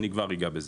כבר אגע בזה.